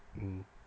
mmhmm